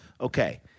okay